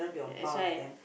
that's why